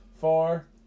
four